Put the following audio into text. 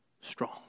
strong